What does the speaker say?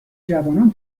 جوانان